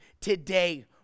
today